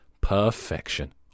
Perfection